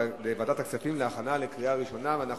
לדיון מוקדם בוועדת הכספים נתקבלה.